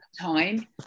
time